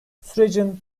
sürecin